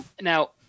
Now